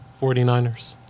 49ers